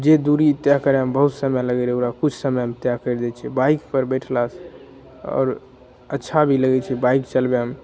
जे दुरी तय करैमे बहुत समय लगै रहै ओकरा किछु समयमे तय करि दै छै बाइक पर बैठला सँ आओर अच्छा भी लगै छै बाइक चलबैमे